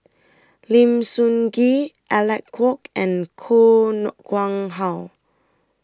Lim Sun Gee Alec Kuok and Koh Nguang How